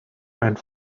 and